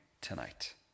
tonight